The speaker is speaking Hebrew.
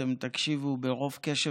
ואתם תקשיבו ברוב קשב,